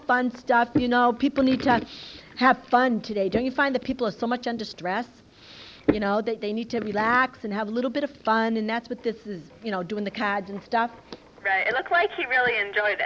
fun stuff you know people need to have fun today don't you find that people are so much under stress you know that they need to relax and have a little bit of fun and that's what this is you know doing the cards and stuff looks like it really enjoyed